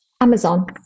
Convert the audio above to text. Amazon